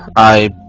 i